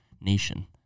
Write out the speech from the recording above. Nation